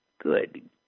Good